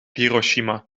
hiroshima